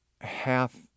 half